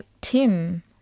TIM